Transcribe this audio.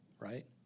right